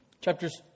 Chapters